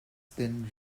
then